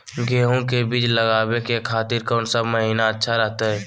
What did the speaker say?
गेहूं के बीज लगावे के खातिर कौन महीना अच्छा रहतय?